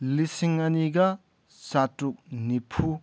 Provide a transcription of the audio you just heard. ꯂꯤꯁꯤꯡ ꯑꯅꯤꯒ ꯆꯥꯇ꯭ꯔꯨꯛ ꯅꯤꯐꯨ